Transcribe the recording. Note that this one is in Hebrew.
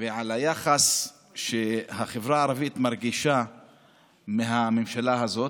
ועל היחס שהחברה הערבית מרגישה מהממשלה הזאת,